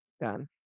done